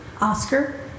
Oscar